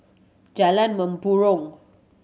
Jalan Mempurong